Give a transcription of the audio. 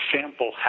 sample